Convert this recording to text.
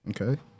Okay